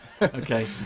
okay